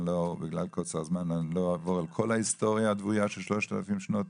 בגלל קוצר הזמן אני לא אעבור על כל ההיסטוריה הדוויה של 3,000 שנות